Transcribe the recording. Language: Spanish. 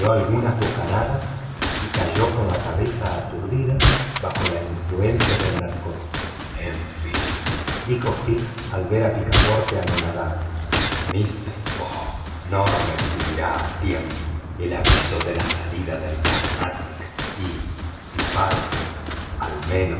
algunas bocanadas y cayó con la cabeza aturdida bajo la influencia del narcótico en fin dijo fix al ver a picaporte anonadado mister fogg no recibirá a tiempo el aviso de la salida del carnatic y si parte al menos